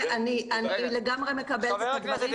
אני לגמרי מקבלת את הדברים.